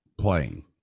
playing